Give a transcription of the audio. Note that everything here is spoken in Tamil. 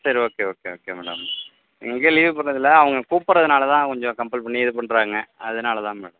சரி ஓகே ஓகே ஓகே மேடம் இங்கேயே லீவ் போடுறதுல்லை அவங்க கூப்பிட்றதுனாலதான் கொஞ்சம் கம்பல் பண்ணி இது பண்ணுறாங்க அதனால தான் மேடம்